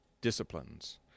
disciplines